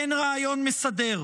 אין רעיון מסדר,